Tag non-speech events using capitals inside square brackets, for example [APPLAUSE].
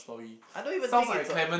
I don't even think it's a [NOISE]